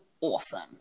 awesome